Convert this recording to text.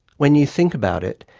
when you think about it,